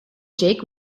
jake